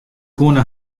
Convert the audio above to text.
koene